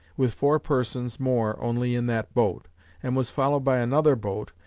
with four persons more only in that boat and was followed by another boat,